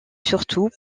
surtout